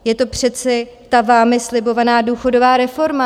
Je to přece ta vámi slibovaná důchodová reforma.